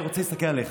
אני רוצה שקצת תפחית,